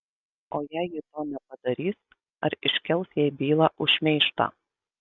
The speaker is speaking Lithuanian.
o jei ji to nepadarys ar iškels jai bylą už šmeižtą